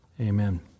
Amen